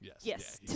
yes